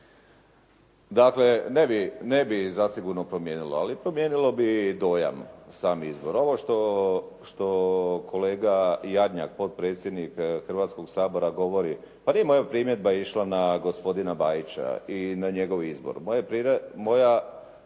Dakle, ne bih zasigurno promijenilo, ali promijenilo bi dojam sam izbor. Ovo što kolega Jarnjak, potpredsjednik Hrvatskog sabora govori, pa nije moja primjedba išla na gospodina Bajića i na njegov izbor. Moja sugestija